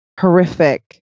horrific